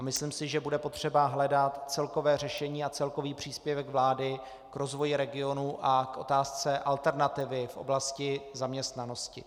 Myslím si, že bude potřeba hledat celkové řešení a celkový příspěvek vlády k rozvoji regionů a k otázce alternativy v oblasti zaměstnanosti.